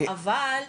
אבל,